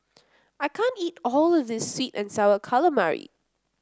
I can't eat all of this sweet and sour calamari